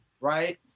right